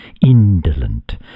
indolent